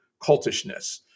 cultishness